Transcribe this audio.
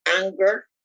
anger